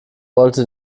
wollte